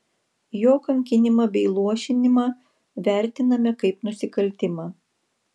jo kankinimą bei luošinimą vertiname kaip nusikaltimą